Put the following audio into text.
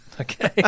Okay